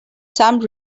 some